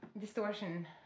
distortion